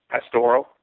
pastoral